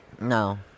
No